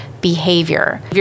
behavior